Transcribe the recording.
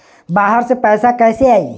बाहर से पैसा कैसे आई?